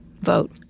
vote